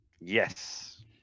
Yes